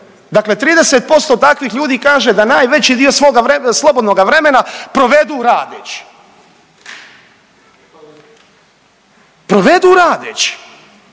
dakle 30% takvih ljudi kaže da najveći dio svoga slobodnoga vremena provedu radeći. Provedu radeći.